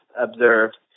observed